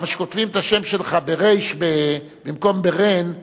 כותבים את השם שלך ברי"ש במקום ברי"ן,